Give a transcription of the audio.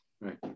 Right